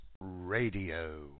Radio